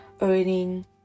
earning